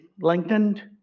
lengthened